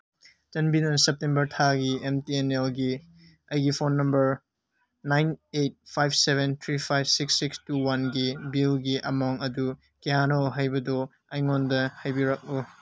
ꯆꯥꯟꯕꯤꯗꯨꯅ ꯁꯦꯞꯇꯦꯝꯕꯔ ꯊꯥꯒꯤ M T N ꯑꯦꯜꯒꯤ ꯑꯩꯒꯤ phone number nine eight five seven three five six six two ꯋꯥꯟꯒꯤ ꯕꯤꯜꯒꯤ ꯑꯦꯃꯥꯎꯟ ꯑꯗꯨ ꯀꯌꯥꯅꯣ ꯍꯥꯏꯕꯗꯨ ꯑꯩꯉꯣꯟꯗ ꯍꯥꯏꯕꯤꯔꯛꯎ